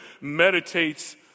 meditates